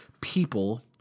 people